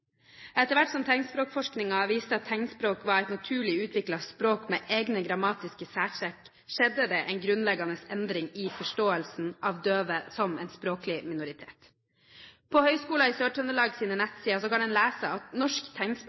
Etter hvert som tegnspråkforskningen viste at tegnspråk var et naturlig utviklet språk med egne grammatiske særtrekk, skjedde det en grunnleggende endring i forståelsen av døve som en språklig minoritet. På nettsidene til Høgskolen i Sør-Trøndelag kan en lese at norsk